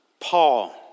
Paul